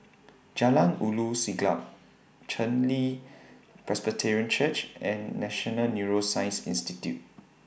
Jalan Ulu Siglap Chen Li Presbyterian Church and National Neuroscience Institute